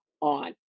on